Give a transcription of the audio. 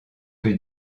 que